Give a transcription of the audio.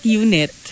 unit